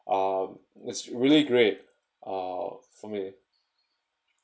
um that's really great uh for me